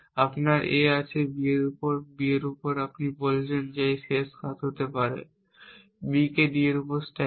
আপনার এই A আছে B এর উপর B এর উপর এবং আপনি বলছেন যে শেষ কাজ হতে পারে B কে D এর উপর স্ট্যাক করা